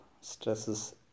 stresses